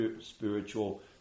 spiritual